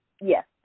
Yes